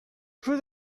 vous